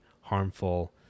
harmful